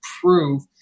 prove